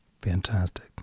fantastic